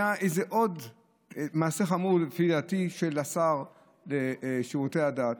היה עוד מעשה חמור, לפי דעתי, של השר לשירותי הדת,